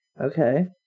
Okay